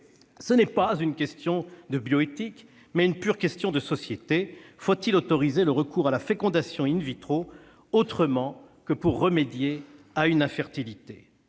Ce n'est pas une question de bioéthique, c'est une pure question de société. Faut-il autoriser le recours à la fécondation autrement que pour remédier à une infertilité ?